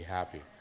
happy